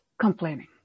complaining